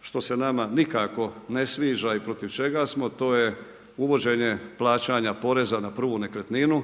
što se nama nikako ne sviđa i protiv čega smo to je uvođenje plaćanja poreza na prvu nekretninu